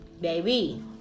Baby